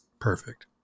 perfect